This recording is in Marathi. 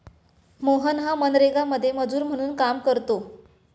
मोहन हा मनरेगामध्ये मजूर म्हणून काम करतो